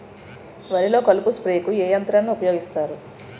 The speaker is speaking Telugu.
వరిలో కలుపు స్ప్రేకు ఏ యంత్రాన్ని ఊపాయోగిస్తారు?